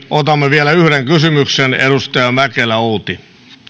otamme vielä yhden kysymyksen edustaja outi mäkelä arvoisa puhemies